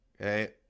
okay